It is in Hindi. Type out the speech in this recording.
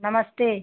नमस्ते